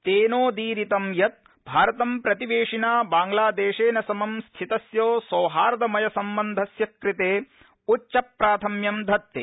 तेनोदीरितं यद् भारतं प्रतिवेशिना बांग्लादेशेन समं स्थितस्य सौहार्दमय सम्बन्धस्य कृते उच्च प्राथम्यं धत्ते